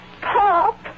Pop